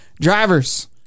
Drivers